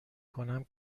کنم